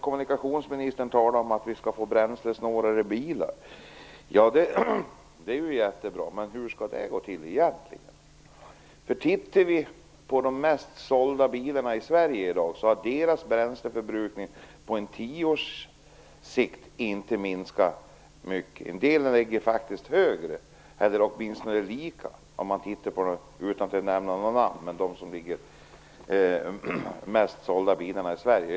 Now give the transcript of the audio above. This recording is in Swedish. Kommunikationsministern talar om att vi skall få bränslesnålare bilar. Det är ju jättebra, men hur skall det gå till egentligen? Bränsleförbrukningen för de mest sålda bilarna i Sverige i dag har under en tioårsperiod inte minskat mycket. En del ligger faktiskt högre, eller åtminstone lika högt. Detta gäller alltså de bilar - jag nämner inga namn - som säljs mest i Sverige.